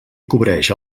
cobreix